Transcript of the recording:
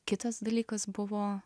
kitas dalykas buvo